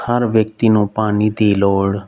ਹਰ ਵਿਅਕਤੀ ਨੂੰ ਪਾਣੀ ਦੀ ਲੋੜ